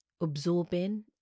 absorbing